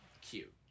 cute